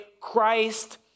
Christ